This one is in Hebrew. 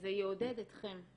וזה יעודד אתכם,